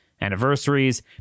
anniversaries